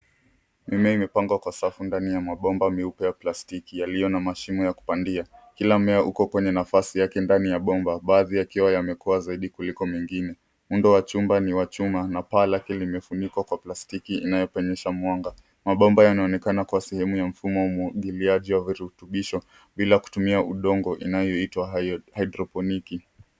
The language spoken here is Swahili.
Mimea imepangwa kwa safu ndani ya mabomba meupe ya plastiki yaliyo na mashimo ya kupandia kila mumea uko kwenye nafasi yake ndani ya bomba baadhi yake yakiwa yamekua zaidi kuliko mengine. Muundo wa chumba ni wa chuma na paa lake limefunikwa kwa plastiki inayopenyesha mwanga. Mabomba yanaonekana kwa sehemu ya mfumo wa umwagiliaji wa virutubisho bila kutumia udongo inayo itwa hydroponic .